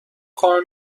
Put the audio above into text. کار